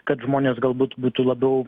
kad žmonės galbūt būtų labiau